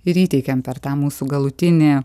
ir įteikiam per tą mūsų galutinį